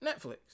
Netflix